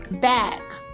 back